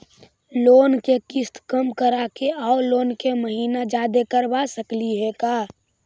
Loan के किस्त कम कराके औ लोन के महिना जादे करबा सकली हे का?